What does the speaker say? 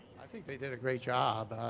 i think they did a great job.